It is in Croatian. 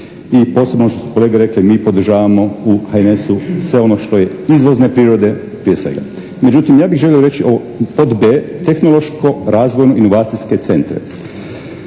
I posebno ono što su kolege rekli mi podržavamo u HNS-u sve ono što je izvozne prirode prije svega. Međutim, ja bih želio reći pod d) tehnološko-razvojno inovacijske centre.